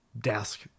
desk